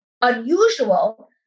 unusual